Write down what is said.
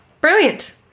Brilliant